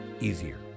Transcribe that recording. easier